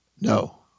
No